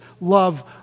love